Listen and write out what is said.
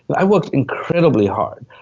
but i worked incredibly hard,